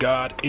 God